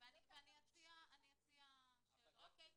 אני מציעה ש --- את תקבלי אותן --- אוקיי,